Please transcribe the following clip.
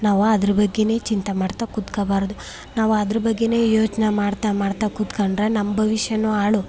ನಾವು ಅದ್ರ ಬಗ್ಗೆನೇ ಚಿಂತೆ ಮಾಡ್ತಾ ಕುತ್ಕೊಬಾರ್ದು ನಾವು ಅದ್ರ ಬಗ್ಗೆನೇ ಯೋಚನೆ ಮಾಡ್ತಾ ಮಾಡ್ತಾ ಕುತ್ಕಂಡ್ರೆ ನಮ್ಮ ಭವಿಷ್ಯನೂ ಹಾಳು